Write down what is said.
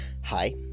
Hi